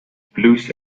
blues